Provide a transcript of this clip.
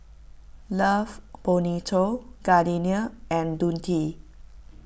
Love Bonito Gardenia and Dundee